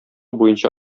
буенча